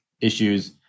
issues